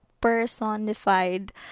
personified